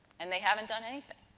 and, they haven't done anything.